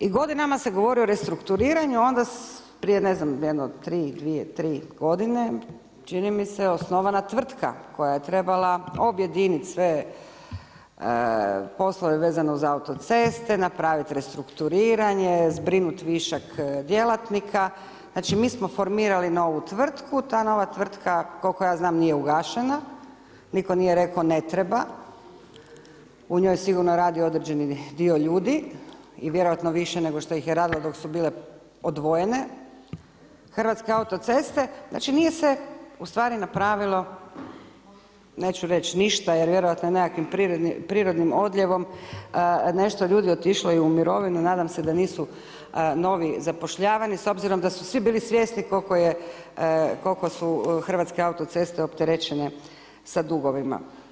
I godinama se govori o restrukturiranju i onda prije ne znam jedno 3, 2, 3 godine čini mi se osnovana tvrtka koja je trebala objediniti sve poslove vezano za autoceste, napraviti restrukturiranje, zbrinuti višak djelatnika, znači mi smo formirali novu tvrtku, ta nova tvrtka koliko ja znam nije ugašena, nitko nije rekao ne treba, u njoj sigurno radi određeni dio ljudi i vjerojatno više nego što ih je radilo dok su bile odvojene Hrvatske autoceste, znači nije se ustvari napravilo neću reći ništa, jer vjerojatno je nekakvim prirodnim odljevom nešto ljudi otišlo i u mirovinu, nadam se da nisu novi zapošljavani, s obzirom da su svi bili svjesni koliko su Hrvatske autoceste opterećene sa dugovima.